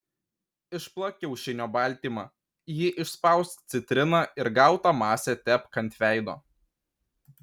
išplak kiaušinio baltymą į jį išspausk citriną ir gautą masę tepk ant veido